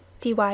dy